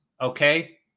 okay